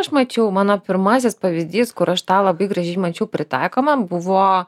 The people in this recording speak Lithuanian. aš mačiau mano pirmasis pavyzdys kur aš tą labai gražiai mačiau pritaikoma buvo